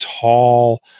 tall